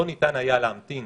לא ניתן היה להמתין